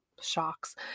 shocks